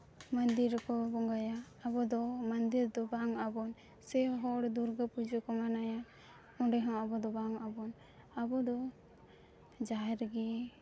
ᱢᱚᱱᱫᱤᱨ ᱨᱮᱠᱚ ᱵᱚᱸᱜᱟᱭᱟ ᱟᱵᱚ ᱫᱚ ᱢᱚᱱᱫᱤᱨ ᱨᱮᱫᱚ ᱵᱟᱝ ᱟᱵᱚᱱ ᱥᱮ ᱦᱚᱲ ᱫᱩᱨᱜᱟᱹ ᱯᱩᱡᱟᱹ ᱠᱚ ᱢᱟᱱᱟᱣ ᱟ ᱚᱸᱰᱮ ᱦᱚᱸ ᱟᱵᱚ ᱫᱚ ᱵᱟᱝ ᱟᱵᱚᱱ ᱟᱵᱚ ᱫᱚ ᱡᱟᱦᱮᱨ ᱨᱮᱜᱮ